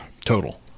Total